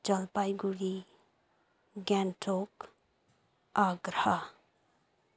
Jalpaiguri Gangtok Agra